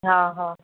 हा हा